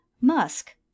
Musk